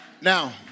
Now